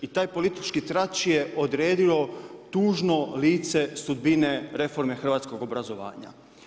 I taj politički trač je odredio tužno lice sudbine reforme hrvatskog obrazovanja.